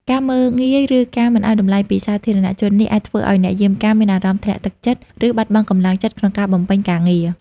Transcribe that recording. ការមើលងាយ ឬការមិនឲ្យតម្លៃពីសាធារណជននេះ អាចធ្វើឲ្យអ្នកយាមកាមមានអារម្មណ៍ធ្លាក់ទឹកចិត្ត ឬបាត់បង់កម្លាំងចិត្តក្នុងការបំពេញការងារ។